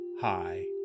high